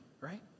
right